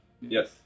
Yes